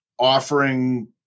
offering